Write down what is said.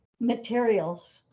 materials